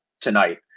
tonight